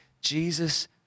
Jesus